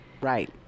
Right